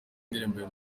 ndirimbo